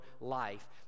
life